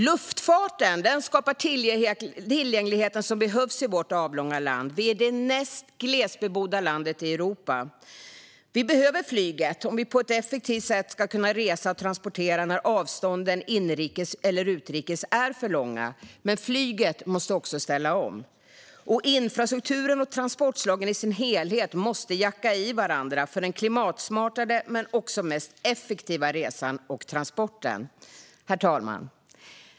Luftfarten skapar den tillgänglighet som behövs i vårt avlånga land. Vi är det näst mest glesbebodda landet i Europa. Vi behöver flyget om vi på ett effektivt sätt ska kunna resa och transportera när avstånden inrikes eller utrikes är för långa. Men flyget måste också ställa om, och infrastrukturen och transportslagen i sin helhet måste jacka i varandra för den både klimatsmartaste och mest effektiva resan eller transporten. Herr talman!